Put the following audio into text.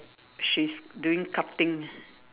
she's doing cutting